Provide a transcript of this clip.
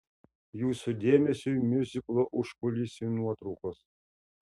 jūsų dėmesiui miuziklo užkulisių nuotraukos